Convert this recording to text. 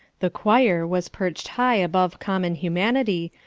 the choir was perched high above common humanity,